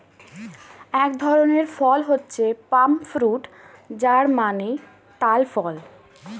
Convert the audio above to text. এক ধরনের ফল হচ্ছে পাম ফ্রুট যার মানে তাল ফল